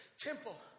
temple